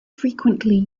frequently